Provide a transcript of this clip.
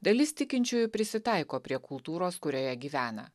dalis tikinčiųjų prisitaiko prie kultūros kurioje gyvena